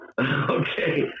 Okay